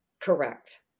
Correct